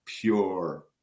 pure